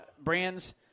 Brands